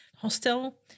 Hostel